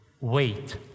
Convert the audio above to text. wait